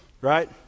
Right